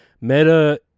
Meta